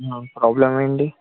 problem ఏంటి